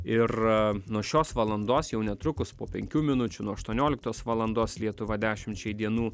ir nuo šios valandos jau netrukus po penkių minučių nuo aštuonioliktos valandos lietuva dešimčiai dienų